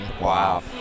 Wow